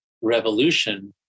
revolution